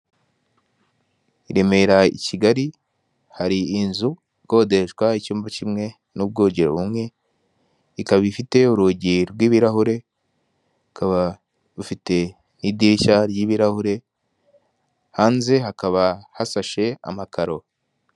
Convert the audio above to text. I Remera, i Kigali, hari inzu ikodeshwa icyumba kimwe n'ubwogero bumwe, ikaba ifite urugi rw'ibirahure, rukaba rufite n'idirishya ry'ibirahure, hanze hakaba hashashe amakaro.